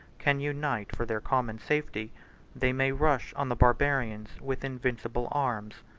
can unite for their common safety they may rush on the barbarians with invincible arms.